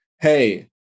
Hey